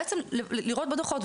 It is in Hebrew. בעצם לראות בדוחות.